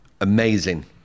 Amazing